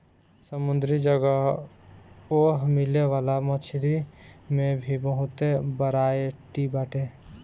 समुंदरी जगह ओए मिले वाला मछरी में भी बहुते बरायटी बाटे